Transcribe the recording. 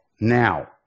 Now